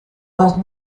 moast